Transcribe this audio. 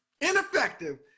ineffective